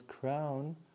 crown